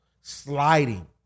sliding